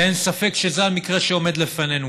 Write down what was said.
אין ספק שזה המקרה שעומד לפנינו,